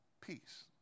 peace